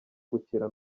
gukira